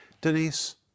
Denise